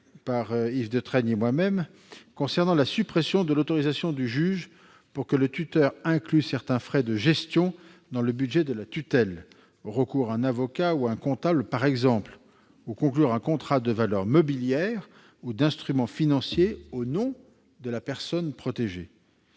par Yves Détraigne et moi-même, concernant la suppression de l'autorisation du juge pour que le tuteur inclue certains frais de gestion dans le budget de la tutelle- recours à un avocat ou à un comptable, par exemple -ou conclue un contrat de valeurs mobilières ou d'instruments financiers au nom de la personne protégée.